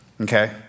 okay